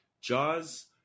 Jaws